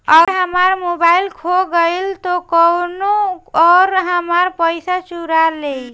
अगर हमार मोबइल खो गईल तो कौनो और हमार पइसा चुरा लेइ?